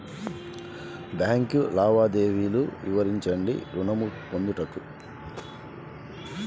Bank లావాదేవీలు వివరించండి ఋణము పొందుటకు?